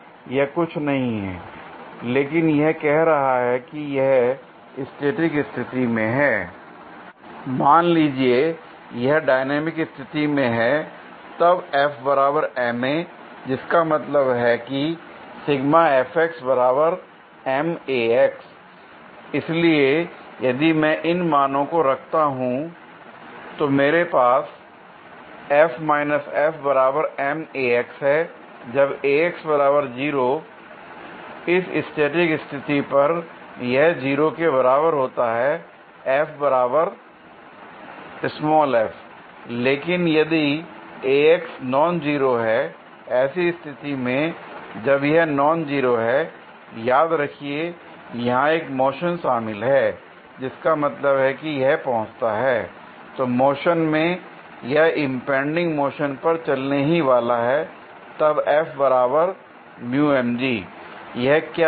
यह कुछ नहीं है लेकिन यह कह रहा है कि यह स्टैटिक स्थिति में है l मान लीजिए यह डायनेमिक स्थिति में है तब जिसका मतलब है कि l इसलिए यदि मैं इन मानो को रखता हूं मेरे पास है जब इस स्टैटिक स्थिति पर यह 0 के बराबर होता है l लेकिन यदि नॉन जीरो है ऐसी स्थिति में जब यह नॉन जीरो है याद रखिए यहां एक मोशन शामिल है जिसका मतलब है कि यह पहुंचता है तो मोशन में या इंपैंडिंग मोशन पर चलने ही वाला है तब l यह क्या है